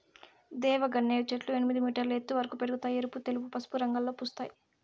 దేవగన్నేరు చెట్లు ఎనిమిది మీటర్ల ఎత్తు వరకు పెరగుతాయి, ఎరుపు, తెలుపు, పసుపు రంగులలో పూస్తాయి